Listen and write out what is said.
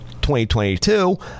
2022